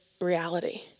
reality